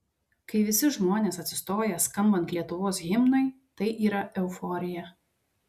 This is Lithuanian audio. kai visi žmonės atsistoja skambant lietuvos himnui tai yra euforija